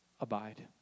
Abide